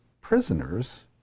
prisoners